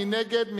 מי נגד?